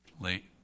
late